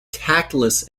tactless